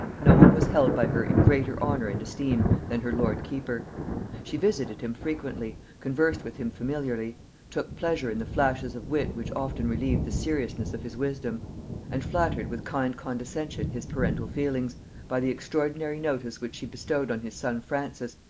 no one was held by her in greater honor and esteem than her lord keeper she visited him frequently, conversed with him familiarly took pleasure in the flashes of wit which often relieved the seriousness of his wisdom and flattered with kind condescension his parental feelings by the extraordinary notice which she bestowed on his son francis,